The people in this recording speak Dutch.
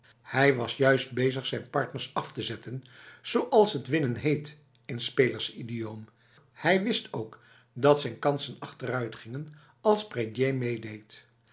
hij was juist bezig zijn partners af te zetten zoals het winnen heet in spelersidioom hij wist ook dat zijn kansen achteruitgingen als prédier meedeed